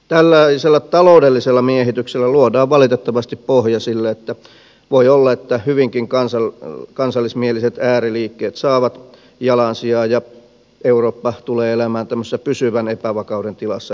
tällaisella taloudellisella miehityksellä luodaan valitettavasti pohja sille että voi olla että hyvinkin kansallismieliset ääriliikkeet saavat jalansijaa ja eurooppa tulee elämään tämmöisessä pysyvän epävakauden tilassa hyvin pitkään